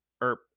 erp